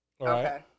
Okay